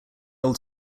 old